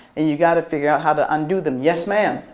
and you gotta figure out how to undo them. yes mam?